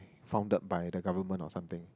founded by the government or something